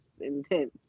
intense